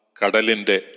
kadalinde